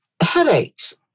headaches